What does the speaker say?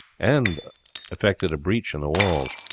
and effected a breach in the walls.